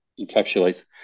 encapsulates